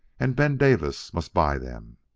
and ben davis must buy them.